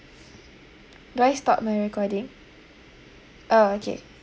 do I stop my recording oh okay